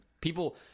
people